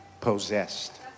possessed